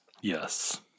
Yes